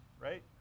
right